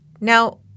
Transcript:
Now